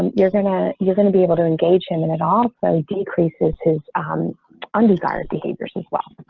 and you're going to, you're going to be able to engage him. and it also decreases who's under guard behaviors as well.